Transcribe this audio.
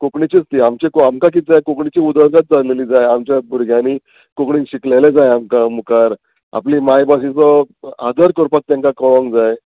कोंकणीचीच ती आमची आमकां किदें जाय कोंकणीची उदरगत जाल्लेली जाय आमच्या भुरग्यांनी कोंकणीन शिकलेले जाय आमकां मुखार आपली मायभासीचो आदर करपाक तेंका कळोंक जाय